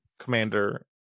Commander